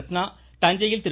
ரத்னா தஞ்சையில் திரு